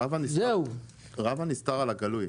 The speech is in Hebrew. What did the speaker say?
רב הנסתר על הגלוי.